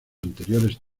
anteriores